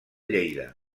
lleida